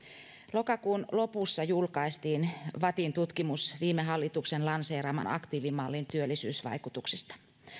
lokakuun lopussa julkaistiin vattin tutkimus viime hallituksen lanseeraaman aktiivimallin työllisyysvaikutuksista